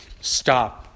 stop